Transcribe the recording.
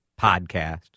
podcast